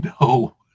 No